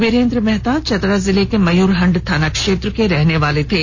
वीरेन्द्र मेहता चतरा जिले के मयूरहंड थाना क्षेत्र के रहने वाले थे